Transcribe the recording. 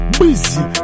busy